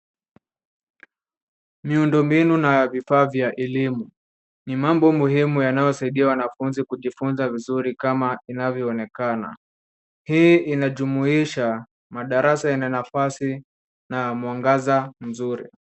Miundo mbinu na ya vifaa vya elimu ni mambo muhimu yanayosaidia wanafunzi kujifunza vizuri kama inavyoonekana. Hii inajumuisha madarasa yenye nafasi na mwangaza mzuri.